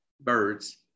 birds